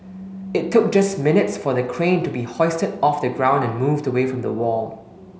it took just minutes for the crane to be hoisted off the ground and moved away from the wall